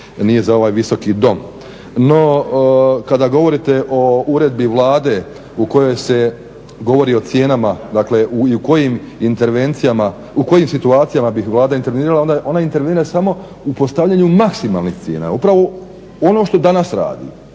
nije za ovaj Visoki dom. No kada govorite o uredbi Vlade u kojoj se govori o cijenama i u kojim situacijama bi Vlada intervenirala, ona intervenira samo u postavljanju maksimalnih cijena, upravo ono što danas radi,